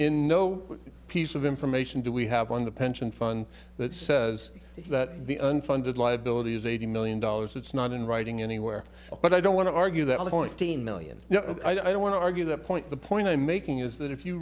in no piece of information do we have on the pension fund that says that the unfunded liability is eighty million dollars it's not in writing anywhere but i don't want to argue that i'm going to teen millions i don't want to argue the point the point i'm making is that if you